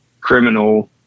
criminal